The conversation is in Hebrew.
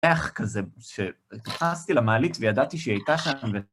ריח כזה שנכנסתי למעלית וידעתי שהיא הייתה שם ו...